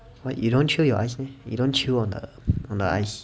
you don't chew your ice meh you don't chew on the on the ice